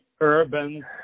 Urban